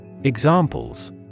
Examples